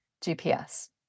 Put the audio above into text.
gps